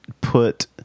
put